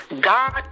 God